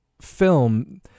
film